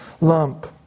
lump